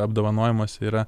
apdovanojimuose yra